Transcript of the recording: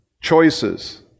choices